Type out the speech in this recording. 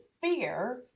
fear